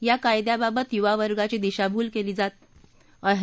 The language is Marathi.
या कायद्याबाबत युवा वर्गाची दिशाभूल केली जात आहे